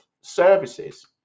services